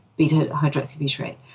beta-hydroxybutyrate